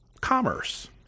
commerce